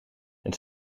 het